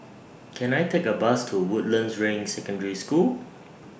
Can I Take A Bus to Woodlands Ring Secondary School